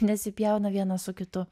nesipjauna vienas su kitu